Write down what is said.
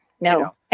No